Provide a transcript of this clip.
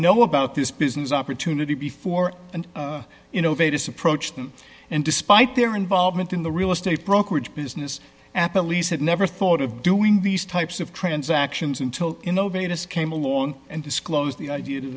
know about this business opportunity before and you know vegas approached them and despite their involvement in the real estate brokerage business at least had never thought of doing these types of transactions until innovators came along and disclosed the idea